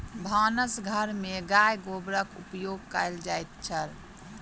भानस घर में गाय गोबरक उपयोग कएल जाइत छल